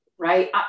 right